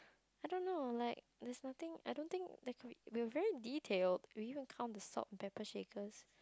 I don't know like there's nothing I don't think there could be we are very detailed we even count the salt and pepper shakers